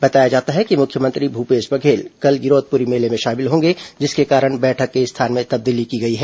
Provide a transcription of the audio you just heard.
बताया जाता है कि मुख्यमंत्री भूपेश बघेल कल गिरौदपुरी मेले में शामिल होंगे जिसके कारण बैठक के स्थान में तब्दीली की गई है